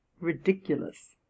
ridiculous